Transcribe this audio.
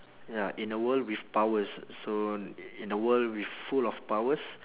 ya in a world with powers so in a world with full of powers